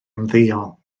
ymddeol